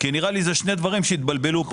נראה לי שאלה שני דברים שהתבלבלו.